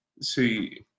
See